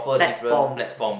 platforms